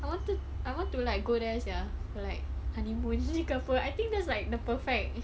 I want to I want to like go there sia for like honeymoon ke apa I think there's like the perfect